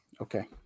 okay